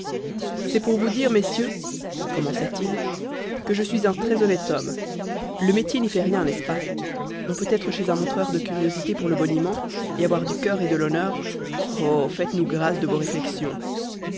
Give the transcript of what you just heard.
c'est pour vous dire messieurs commença-t-il que je suis un très-honnête homme le métier n'y fait rien n'est-ce pas on peut être chez un montreur de curiosités pour le boniment et avoir du cœur et de l'honneur oh faites-nous grâce de vos réflexions